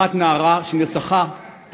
אחת נהרגה בפריז,